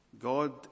God